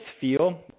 feel